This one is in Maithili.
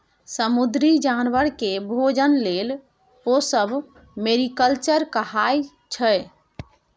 समुद्री जानबर केँ भोजन लेल पोसब मेरीकल्चर कहाइ छै